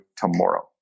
tomorrow